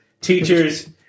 teachers